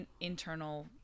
internal